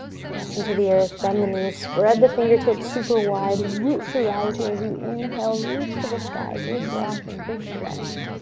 press into the earth, bend the knees, spread the fingertips super wide. root to rise here as you inhale, reach for the sky. big breath and big stretch.